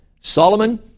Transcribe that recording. Solomon